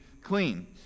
clean